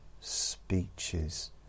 speeches